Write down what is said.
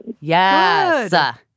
Yes